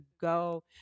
go